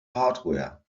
hardware